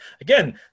again